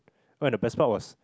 and the best part was